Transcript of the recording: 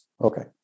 Okay